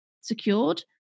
secured